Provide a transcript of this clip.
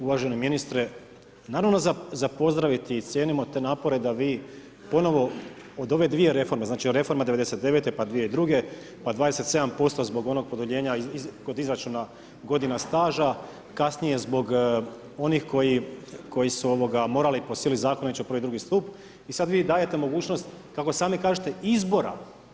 Uvaženi ministre, naravno za pozdraviti i cijenimo te napore da vi ponovo od ove dvije reforme, znači od reforme '99. pa 2002., pa 27% zbog onog produljenja kod izračuna godina staža, kasnije zbog onih koji su morali po sili zakona ići u prvi i drugi stup i sad vi dajete mogućnost kako sami kažete izbora.